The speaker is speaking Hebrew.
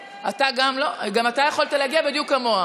היושב-ראש אישר לשרן השכל לאורך כל היום הזה להצביע מכאן,